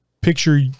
picture